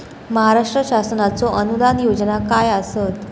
महाराष्ट्र शासनाचो अनुदान योजना काय आसत?